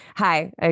Hi